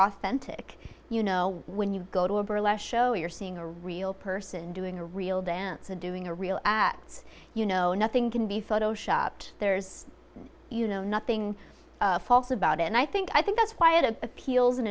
authentic you know when you go to a burlesque show you're seeing a real person doing a real dance a doing a real it's you know nothing can be photo shopped there's you know nothing false about it and i think i think that's why it appeals and